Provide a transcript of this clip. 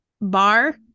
bar